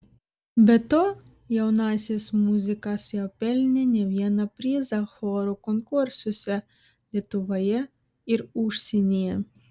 be to jaunasis muzikas jau pelnė ne vieną prizą chorų konkursuose lietuvoje ir užsienyje